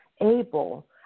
able